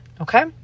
okay